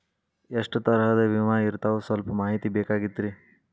ಎಷ್ಟ ತರಹದ ವಿಮಾ ಇರ್ತಾವ ಸಲ್ಪ ಮಾಹಿತಿ ಬೇಕಾಗಿತ್ರಿ